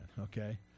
okay